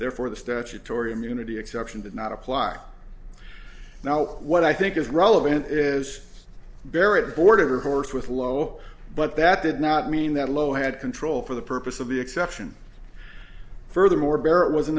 therefore the statutory immunity exception did not apply now what i think is relevant is barrett bored of a horse with low but that did not mean that lho had control for the purpose of the exception furthermore barrett was in